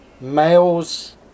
males